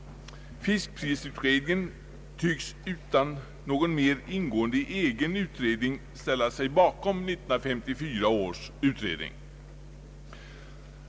Fiskprisutredningen tycks utan någon mer ingående egen utredning ställa sig bakom 1954 års utredning.